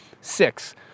Six